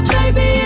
baby